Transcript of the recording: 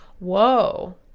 whoa